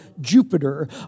Jupiter